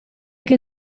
che